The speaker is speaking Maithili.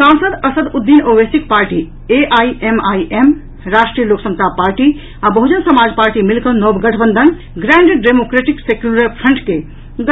सांसद असदुद्दीन ओवैसीक party AIMIM Rashtriya Lok Samta party आ बहुजन समाज पार्टी मिलकऽ नव गठवंधन ग्रांड डेमोक्रेटिक सेक्यूलर फ्रंट के